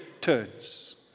turns